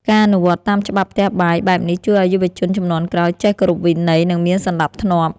ការអនុវត្តតាមច្បាប់ផ្ទះបាយបែបនេះជួយឱ្យយុវជនជំនាន់ក្រោយចេះគោរពវិន័យ និងមានសណ្តាប់ធ្នាប់។